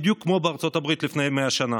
בדיוק כמו בארצות הברית לפני 100 שנה.